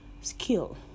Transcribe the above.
skill